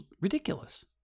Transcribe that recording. ridiculous